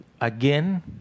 again